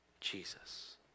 Jesus